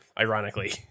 ironically